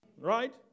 Right